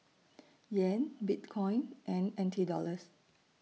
Yen Bitcoin and N T Dollars